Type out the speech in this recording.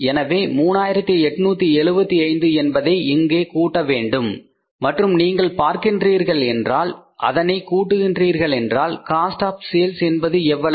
எனவே 3875 என்பதை இங்கே கூட்டவேண்டும் மற்றும் நீங்கள் பார்க்கின்றீர்கள் என்றால் அதனை கூட்டுகிண்றீர்களென்றால் காஸ்ட் ஆஃ சேல்ஸ் என்பது எவ்வளவு